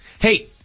Hey